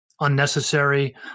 unnecessary